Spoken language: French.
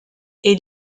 est